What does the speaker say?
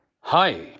Hi